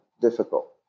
difficult